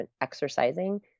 exercising